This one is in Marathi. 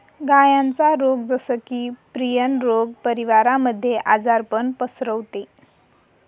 गायांचा रोग जस की, प्रियन रोग परिवारामध्ये आजारपण पसरवते